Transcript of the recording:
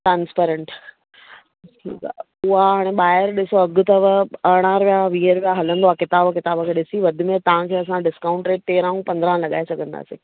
transparent ठीकु आहे उहा हाणे ॿाहिरि ॾिसो अघु अथव अरड़हं रुपिया वीह रुपिया हलंदो आहे किताब किताब खे ॾिसी वधि में वधि असां तव्हांखे डिस्काउंट रेट तेरहां ऐं पंद्रहां लॻाए सघंदासीं